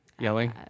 Yelling